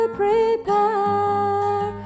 prepare